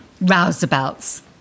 rouseabouts